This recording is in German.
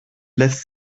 lässt